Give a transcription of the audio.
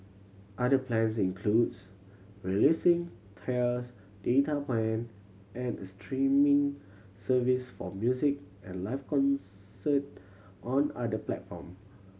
other plans includes releasing tiers data plan and a streaming service for music and live concert on other platform